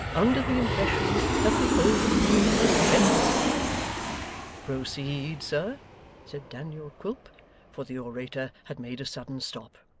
under the impression that the old min was friendly proceed, sir said daniel quilp for the orator had made a sudden stop.